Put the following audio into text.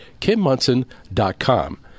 KimMunson.com